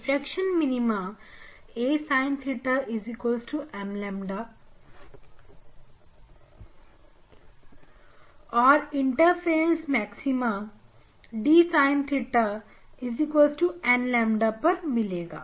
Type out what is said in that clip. diffraction minima a sin theta m ƛ और interference maxima d sin theta n ƛ पर मिलेगा